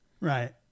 right